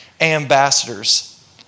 ambassadors